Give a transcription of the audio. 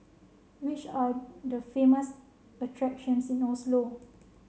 which are the famous attractions in Oslo